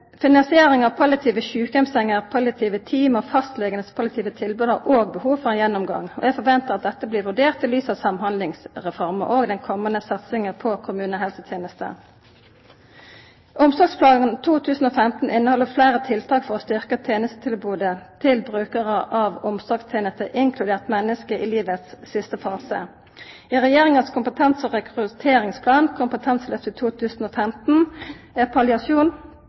Finansieringa av palliative sjukeheimssenger, palliative team og palliative tilbod frå fastlegane har òg behov for ein gjennomgang. Eg forventar at dette blir vurdert i lys av Samhandlingsreforma og den komande satsinga på kommunehelsetenesta. Omsorgsplan 2015 inneheld fleire tiltak for å styrkja tenestetilbodet til brukarar av omsorgstenester, inkludert menneske i livets siste fase. I Regjeringa sin kompetanse- og rekrutteringsplan, Kompetanseløftet 2015, er